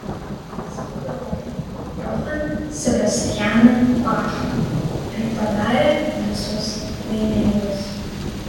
jis pagrojo johaną sebastianą bachą ir padarė visus laimingus